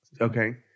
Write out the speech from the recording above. Okay